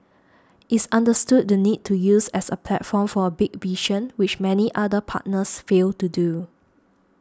it's understood the need to use as a platform for a big vision which many other partners fail to do